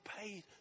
paid